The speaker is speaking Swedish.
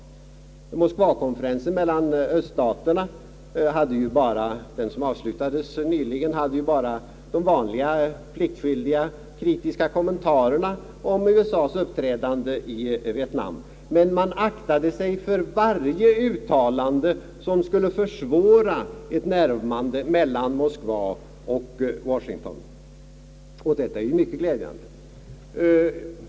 Moskvakonferensen mellan öststaterna, som avslutades nyligen, hade ju bara de vanliga pliktskyldiga kritiska kommentarerna till USA:s uppträdande i Vietnam. Man aktade sig däremot för varje uttalande, som skulle försvåra ett närmande mellan Moskva och Washington, och det är ju mycket glädjande.